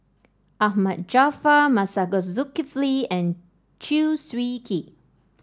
Ahmad Jaafar Masagos Zulkifli and Chew Swee Kee